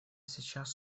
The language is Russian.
сейчас